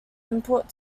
input